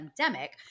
pandemic